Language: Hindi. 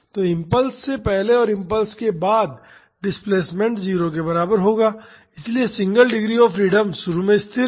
तो इम्पल्स से पहले और इम्पल्स के बाद डिस्प्लेसमेंट 0 के बराबर होगा इसलिए सिंगल डिग्री ऑफ़ फ्रीडम शुरू में स्थिर है